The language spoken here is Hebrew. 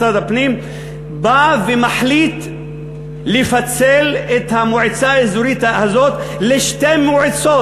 משרד הפנים בא ומחליט לפצל את המועצה האזורית הזאת לשתי מועצות.